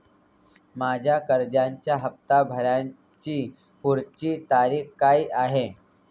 माझ्या कर्जाचा हफ्ता भरण्याची पुढची तारीख काय आहे?